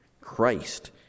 Christ